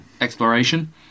exploration